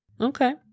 okay